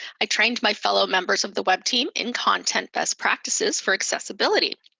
i trained my fellow members of the web team in content best practices for accessibility.